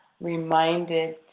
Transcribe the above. reminded